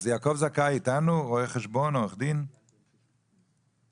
אז רואה חשבון ועורך דין יעקב זכאי איתנו?